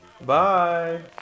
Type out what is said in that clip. Bye